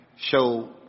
show